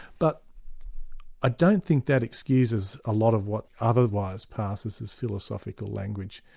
but i don't think that excuses a lot of what otherwise passes as philosophical language,